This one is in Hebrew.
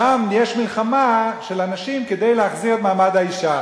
שם יש מלחמה של הנשים כדי להחזיר את מעמד האשה.